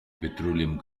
petroleum